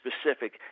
specific